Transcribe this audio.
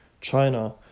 China